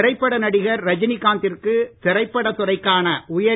திரைப்பட நடிகர் ரஜினி காந்திற்கு திரைப்பட துறைக்கான உயரிய